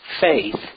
faith